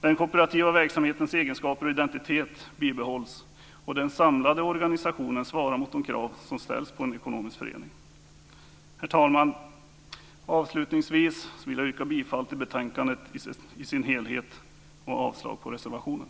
Den kooperativa verksamhetens egenskaper och identitet bibehålls, och den samlade organisationen svarar mot de krav som ställs på en ekonomisk förening. Herr talman! Avslutningsvis yrkar jag bifall till utskottets hemställan i dess helhet och avslag på reservationen.